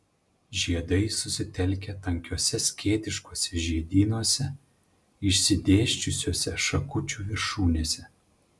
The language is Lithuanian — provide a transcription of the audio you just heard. žiedai susitelkę tankiuose skėtiškuose žiedynuose išsidėsčiusiuose šakučių viršūnėse